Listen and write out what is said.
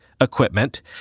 equipment